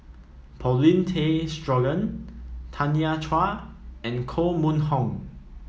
Paulin Tay Straughan Tanya Chua and Koh Mun Hong